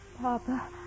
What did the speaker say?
Papa